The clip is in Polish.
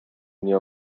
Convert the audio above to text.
nie